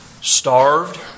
starved